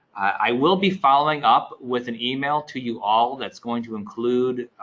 i will be following up with an email to you all that's going to include,